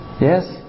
Yes